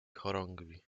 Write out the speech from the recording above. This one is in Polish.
chorągwi